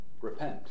repent